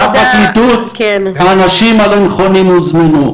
מהפרקליטות האנשים הלא נכונים הוזמנו,